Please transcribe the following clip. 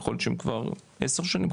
יכול להיות שהם כבר עשר שנים,